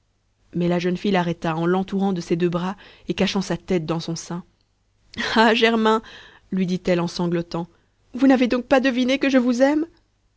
mais la jeune fille l'arrêta en l'entourant de ses deux bras et cachant sa tête dans son sein ah germain lui dit-elle en sanglotant vous n'avez donc pas deviné que je vous aime